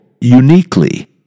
uniquely